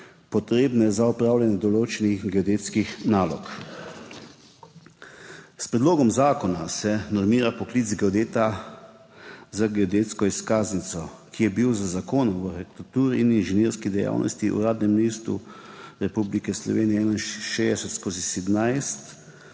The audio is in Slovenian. potrebne za opravljanje določenih geodetskih nalog. S predlogom zakona se normira poklic geodeta z geodetsko izkaznico, ki je bil z Zakonom o arhitekturni in inženirski dejavnosti v Uradnem listu Republike Slovenije 61/17